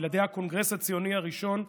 בלעדי הקונגרס הציוני הראשון,